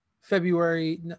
February